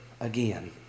again